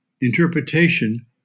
interpretation